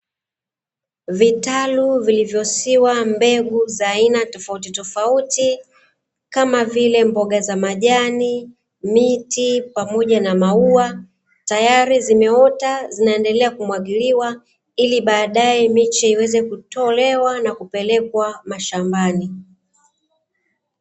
Vitalu vilivyosiwa mbegu za aina tofautitofauti, kama vile mboga za majani, miti pamoja na maua, tayari zimeota zinaendelea kumwagiliwa, ili baadaye miche iweze kutolewa na kupelekwa mashambani.